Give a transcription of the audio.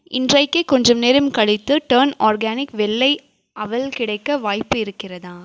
இன்றைக்கே கொஞ்சம் நேரம் கழித்து டர்ன் ஆர்கானிக் வெள்ளை அவல் கிடைக்க வாய்ப்பு இருக்கிறதா